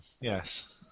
Yes